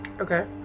Okay